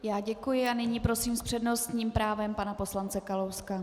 Já děkuji a nyní prosím s přednostním právem pana poslance Kalouska.